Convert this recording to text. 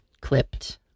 clipped